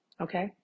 Okay